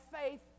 faith